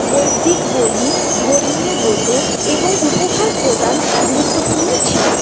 বৈদিক বলি ধর্মীয় ব্রত এবং উপহার প্রদান গুরুত্বপূর্ণ ছিল